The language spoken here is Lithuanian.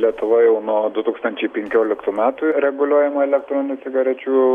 lietuva jau nuo du tūkstančiai penkioliktų metų reguliuojama elektroninių cigarečių